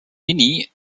minnie